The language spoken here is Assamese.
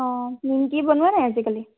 অঁ নিমকি বনোৱা নাই আজিকালি